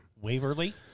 Waverly